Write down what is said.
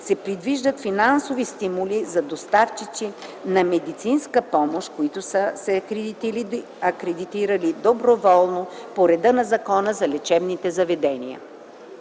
се предвиждат финансови стимули за доставчици на медицинска помощ, които са се акредитирали доброволно по реда на Закона за лечебните заведения.